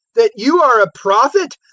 that you are a prophet,